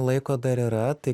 laiko dar yra tai